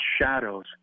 shadows